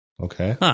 Okay